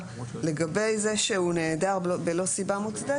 לגבי זה שהוא נעדר בלא סיבה מוצדקת,